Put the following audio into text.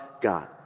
God